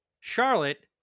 Charlotte